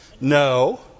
No